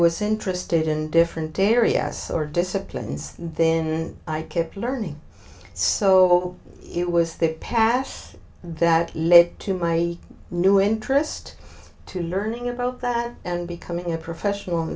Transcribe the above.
was interested in different areas or disciplines then i kept learning so it was the pass that led to my new interest to learning about that and becoming a professional